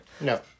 No